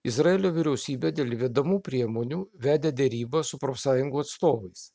izraelio vyriausybė dėl įvedamų priemonių vedė derybas su profsąjungų atstovais